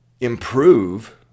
improve